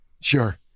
Sure